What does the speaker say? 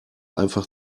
einfach